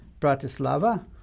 Bratislava